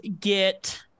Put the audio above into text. get